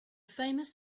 famous